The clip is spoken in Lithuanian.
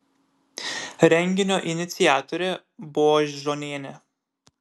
renginio iniciatorė božonienė